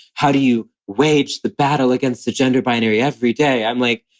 how do you wage the battle against the gender binary every day? i'm like,